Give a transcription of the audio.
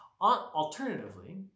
alternatively